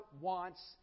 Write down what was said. wants